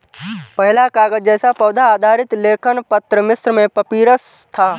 पहला कागज़ जैसा पौधा आधारित लेखन पत्र मिस्र में पपीरस था